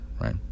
right